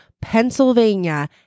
Pennsylvania